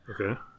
Okay